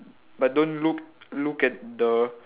but don't look look at the